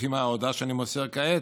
לפי ההודעה שאני מוסר כעת,